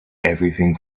everything